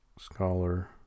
scholar